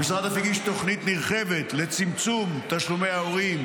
המשרד אף הגיש תוכנית נרחבת לצמצום תשלומי ההורים,